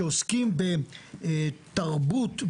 שעוסקים בתרבות,